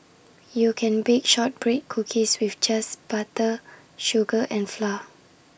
you can bake Shortbread Cookies with just butter sugar and flour